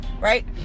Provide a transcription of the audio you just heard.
right